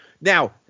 Now